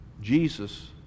Jesus